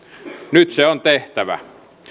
nyt se on tehtävä